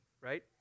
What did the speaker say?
right